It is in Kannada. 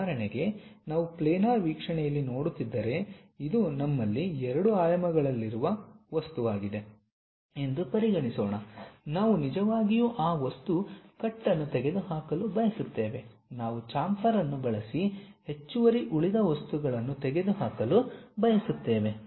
ಉದಾಹರಣೆಗೆ ನಾವು ಪ್ಲ್ಯಾನರ್ ವೀಕ್ಷಣೆಯಲ್ಲಿ ನೋಡುತ್ತಿದ್ದರೆ ಇದು ನಮ್ಮಲ್ಲಿ 2 ಆಯಾಮಗಳಲ್ಲಿರುವ ವಸ್ತುವಾಗಿದೆ ಎಂದು ಪರಿಗಣಿಸೋಣ ನಾವು ನಿಜವಾಗಿಯೂ ಆ ವಸ್ತು ಕಟ್ ಅನ್ನು ತೆಗೆದುಹಾಕಲು ಬಯಸುತ್ತೇವೆ ನಾವು ಚಾಂಫರ್ ಅನ್ನು ಬಳಸಿ ಹೆಚ್ಚುವರಿ ಉಳಿದ ವಸ್ತುಗಳನ್ನು ತೆಗೆದುಹಾಕಲು ಬಯಸುತ್ತೇವೆ